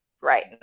right